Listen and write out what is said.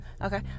Okay